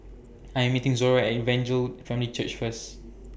I'm meeting Zora At Evangel Family Church First